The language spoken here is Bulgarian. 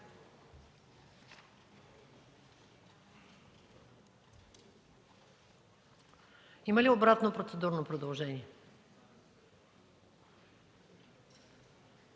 Има ли обратно процедурно предложение?